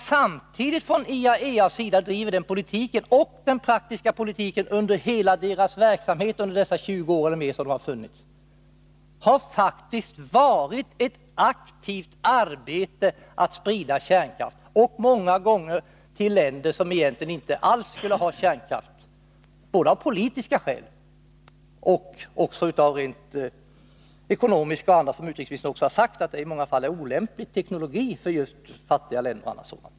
Samtidigt som IAEA har drivit den nämnda politiken har den praktiska politiken under hela den mer än 20-åriga verksamheten faktiskt inneburit ett aktivt arbete på att sprida kärnkraft. Ofta har det också gällt länder som inte alls borde ha kärnkraft, såväl av politiska och ekonomiska som av andra skäl. Utrikesministern har också sagt att det i många fall rör sig om olämplig teknologi för just fattiga länder.